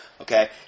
Okay